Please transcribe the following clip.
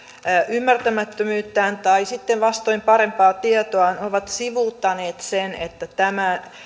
ymmärtämättömyyttään tai sitten vastoin parempaa tietoaan ovat sivuuttaneet sen että tämä